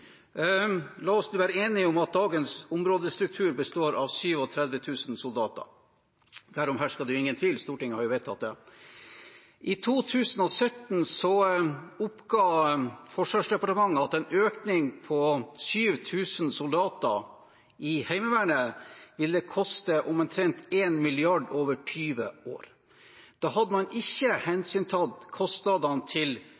La oss være enige om at dagens områdestruktur består av 37 000 soldater – derom hersker det ingen tvil, Stortinget har vedtatt det. I 2017 oppga Forsvarsdepartementet at en økning på 7 000 soldater i Heimevernet ville koste omtrent 1 mrd. kr over 20 år. Da hadde man ikke hensyntatt kostnader til